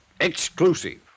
Exclusive